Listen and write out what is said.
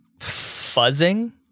fuzzing